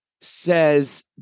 says